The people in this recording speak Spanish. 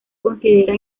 considera